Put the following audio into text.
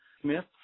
Smith